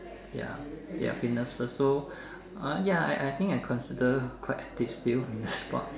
ya ya fitness first so uh ya I I think I considered quite active still in the sport